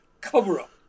cover-up